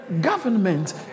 government